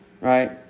Right